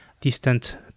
distant